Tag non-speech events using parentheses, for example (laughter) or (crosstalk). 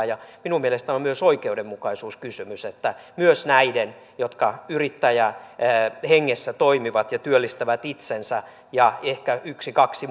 (unintelligible) ja minun mielestäni on myös oikeudenmukaisuuskysymys että myös näille jotka yrittäjähengessä toimivat ja työllistävät itsensä ja ehkä yksi viiva kaksi (unintelligible)